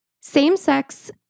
Same-sex